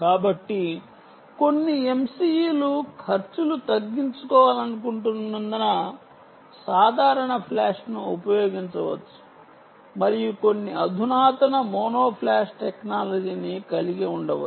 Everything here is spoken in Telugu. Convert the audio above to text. కాబట్టి కొన్ని MCU లు ఖర్చులు తగ్గించుకోవాలనుకుంటున్నందున సాధారణ ఫ్లాష్ను ఉపయోగించవచ్చు మరియు కొన్ని అధునాతన మోనో ఫ్లాష్ టెక్నాలజీని కలిగి ఉండవచ్చు